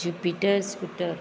jupiter scooter